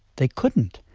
they couldn't!